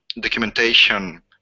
documentation